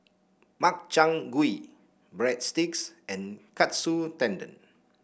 Makchang Gui Breadsticks and Katsu Tendon